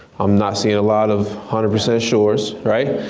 i'm not seeing a lot of hundred percent sures, right.